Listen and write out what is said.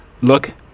Look